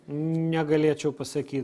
negalėčiau pasakyt